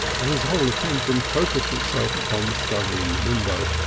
and his whole attention focussed itself upon the struggle in the window.